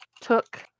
Took